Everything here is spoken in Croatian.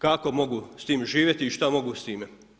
Kako mogu s tim živjeti i šta mogu s time.